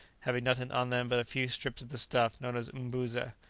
having nothing on them but a few strips of the stuff known as mbuza,